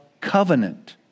covenant